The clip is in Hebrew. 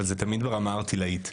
אבל זה תמיד ברמה הערטילאית,